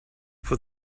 for